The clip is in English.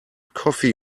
coffee